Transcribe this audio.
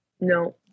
No